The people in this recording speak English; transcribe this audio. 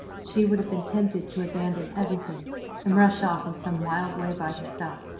she would have been tempted to abandon everything and rush off in some wild way by herself,